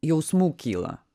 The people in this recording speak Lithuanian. jausmų kyla